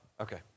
okay